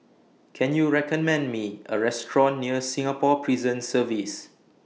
Can YOU recommend Me A Restaurant near Singapore Prison Service